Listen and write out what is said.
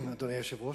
אדוני היושב-ראש,